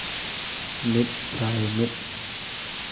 ᱢᱤᱫ ᱥᱟᱭ ᱢᱤᱫ